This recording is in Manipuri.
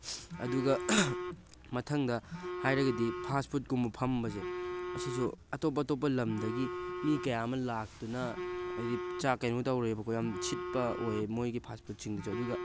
ꯑꯗꯨꯒ ꯃꯊꯪꯗ ꯍꯥꯏꯔꯒꯗꯤ ꯐꯥꯁ ꯐꯨꯗꯀꯨꯝꯕ ꯐꯝꯕꯁꯦ ꯑꯁꯤꯁꯨ ꯑꯇꯣꯞ ꯑꯇꯣꯞꯄ ꯂꯝꯗꯒꯤ ꯃꯤ ꯀꯌꯥ ꯑꯃ ꯂꯥꯛꯇꯨꯅ ꯍꯥꯏꯗꯤ ꯆꯥꯛ ꯀꯩꯅꯣ ꯇꯧꯔꯦꯕꯀꯣ ꯌꯥꯝ ꯁꯤꯠꯄ ꯑꯣꯏ ꯃꯣꯏꯒꯤ ꯐꯥꯁ ꯐꯨꯗꯁꯤꯡꯗꯨꯁꯨ ꯑꯗꯨꯒ